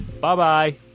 Bye-bye